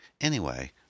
Anyway